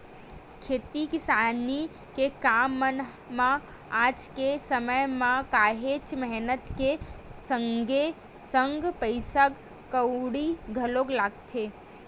खेती किसानी के काम मन म आज के समे म काहेक मेहनत के संगे संग पइसा कउड़ी घलो लगथे